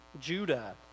Judah